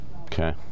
Okay